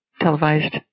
televised